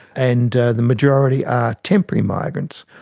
and the majority are temporary migrants,